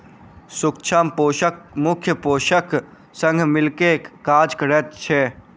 सूक्ष्म पोषक मुख्य पोषकक संग मिल क काज करैत छै